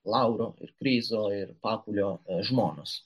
lauro ir krizo ir pakulio žmonos